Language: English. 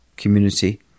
community